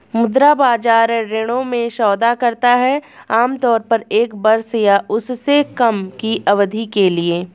मुद्रा बाजार ऋणों में सौदा करता है आमतौर पर एक वर्ष या उससे कम की अवधि के लिए